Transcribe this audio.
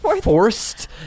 Forced